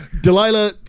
Delilah